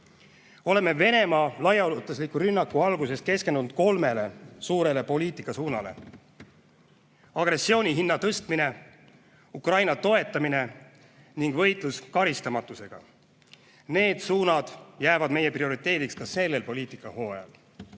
Oleme Venemaa laiaulatusliku rünnaku algusest keskendunud kolmele suurele poliitikasuunale: agressiooni hinna tõstmine, Ukraina toetamine ning võitlus karistamatusega. Need suunad jäävad meie prioriteediks ka sellel poliitikahooajal.